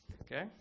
Okay